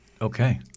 Okay